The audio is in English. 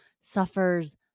suffers